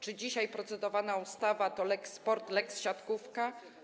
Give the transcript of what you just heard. Czy dzisiaj procedowana ustawa to lex sport, lex siatkówka?